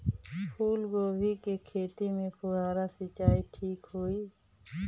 फूल गोभी के खेती में फुहारा सिंचाई ठीक होई?